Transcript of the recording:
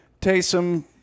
Taysom